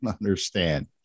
understand